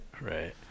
Right